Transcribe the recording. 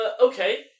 okay